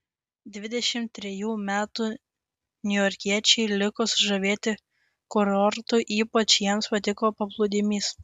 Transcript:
dvidešimt trejų metų niujorkiečiai liko sužavėti kurortu ypač jiems patiko paplūdimys